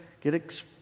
get